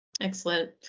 Excellent